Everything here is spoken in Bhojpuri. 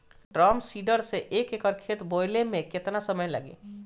ड्रम सीडर से एक एकड़ खेत बोयले मै कितना समय लागी?